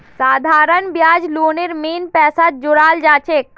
साधारण ब्याज लोनेर मेन पैसात जोड़ाल जाछेक